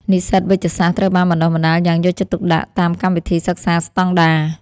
និស្សិតវេជ្ជសាស្ត្រត្រូវបានបណ្ដុះបណ្ដាលយ៉ាងយកចិត្តទុកដាក់តាមកម្មវិធីសិក្សាស្តង់ដារ។